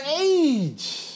age